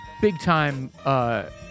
big-time